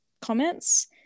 comments